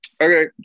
Okay